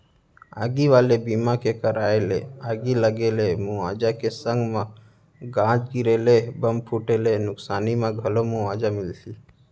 आगी वाले बीमा के कराय ले आगी लगे ले मुवाजा के संग म गाज गिरे ले, बम फूटे ले नुकसानी म घलौ मुवाजा मिलही